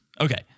Okay